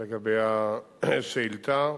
לגבי השאילתא,